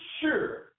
sure